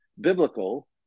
biblical